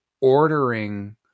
ordering